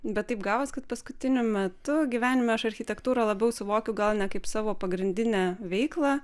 bet taip gavos kad paskutiniu metu gyvenime aš architektūrą labiau suvokiu gal ne kaip savo pagrindinę veiklą